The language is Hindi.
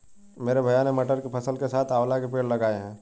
मेरे भैया ने मटर की फसल के साथ आंवला के पेड़ लगाए हैं